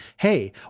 hey